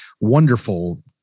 wonderful